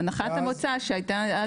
הנחת המוצא שהייתה אז,